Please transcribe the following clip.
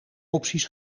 opties